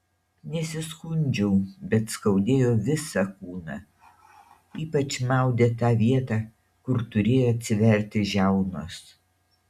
nesiskundžiau bet skaudėjo visą kūną ypač maudė tą vietą kur turėjo atsiverti žiaunos